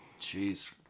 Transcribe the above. Jeez